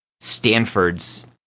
Stanford's